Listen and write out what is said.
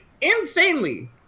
Insanely